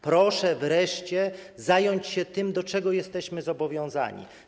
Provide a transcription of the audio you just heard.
Proszę wreszcie zająć się tym, do czego jesteśmy zobowiązani.